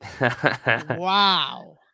Wow